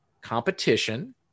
competition